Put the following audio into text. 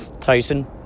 Tyson